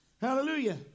Hallelujah